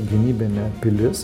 gynybinė pilis